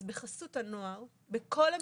אז בחסות הנוער, בכל המסגרות,